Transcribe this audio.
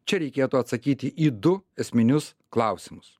čia reikėtų atsakyti į du esminius klausimus